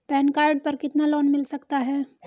Pan card पर कितना loan मिल सकता है?